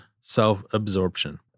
self-absorption